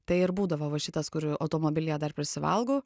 tai ir būdavo va šitas kur automobilyje dar prisivalgau